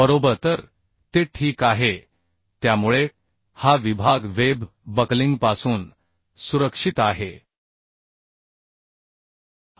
बरोबर तरते ठीक आहे त्यामुळे हा विभाग वेब बकलिंगपासून सुरक्षित आहे